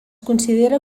considera